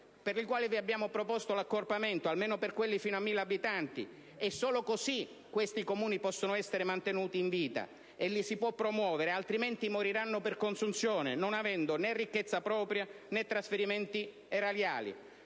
per i quali abbiamo proposto l'accorpamento, almeno per quelli fino a mille abitanti, nella convinzione che solo così possono essere mantenuti in vita e li si può promuovere, altrimenti moriranno per consunzione, non avendo né ricchezza propria né trasferimenti erariali.